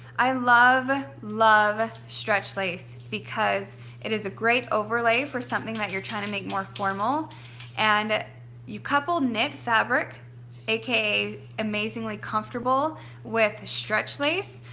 i love love stretch lace because it is a great overlay for something that you're trying to make more formal and you couple knit fabric a ka. amazingly comfortable with stretch lace,